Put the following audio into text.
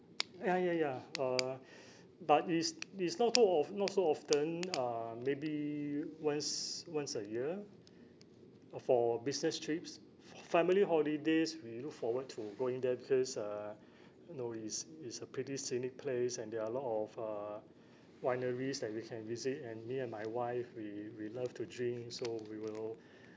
ya ya ya uh but it's it's not too of~ not so often uh maybe once once a year uh for business trips family holidays we look forward to going there because uh you know is is a pretty scenic place and there are a lot of uh wineries that we can visit and me and my wife we we love to drink so we will